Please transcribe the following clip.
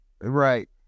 Right